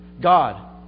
God